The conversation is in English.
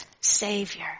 Savior